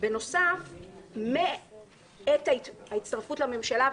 בנוסף מעת ההצטרפות לממשלה,